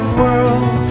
world